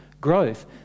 growth